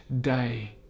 day